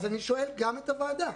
אני שואל גם את הוועדה,